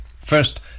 First